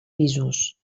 pisos